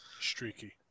streaky